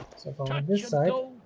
so for my fish side um